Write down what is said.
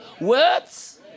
Words